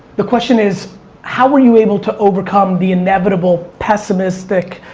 the question is how were you able to overcome the inevitable pessimistic